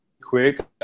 Quick